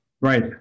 Right